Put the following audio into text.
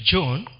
John